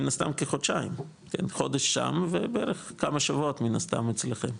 מן הסתם, חודשיים, כמה שבועות מן הסתם אצלכם.